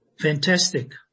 Fantastic